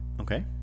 Okay